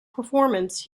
performance